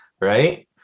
right